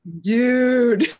dude